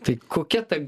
tai kokia ta